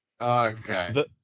Okay